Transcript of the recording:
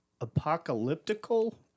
Apocalyptical